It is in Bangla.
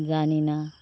জানি না